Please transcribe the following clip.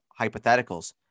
hypotheticals